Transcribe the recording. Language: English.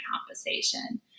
compensation